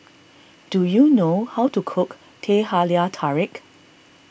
do you know how to cook Teh Halia Tarik